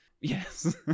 Yes